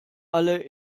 alle